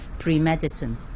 pre-medicine